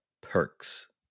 perks